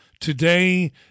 Today